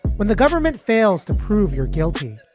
when the government fails to prove you're guilty,